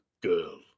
girl